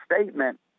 statement